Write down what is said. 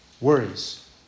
worries